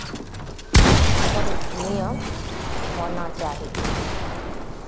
तऽ ईसभ नियम होना चाही